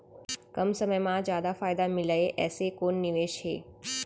कम समय मा जादा फायदा मिलए ऐसे कोन निवेश हे?